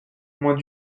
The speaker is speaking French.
moins